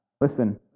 Listen